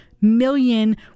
million